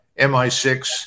MI6